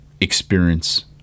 experience